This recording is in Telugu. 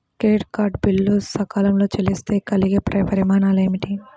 క్రెడిట్ కార్డ్ బిల్లు సకాలంలో చెల్లిస్తే కలిగే పరిణామాలేమిటి?